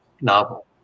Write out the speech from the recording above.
novel